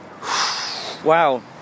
wow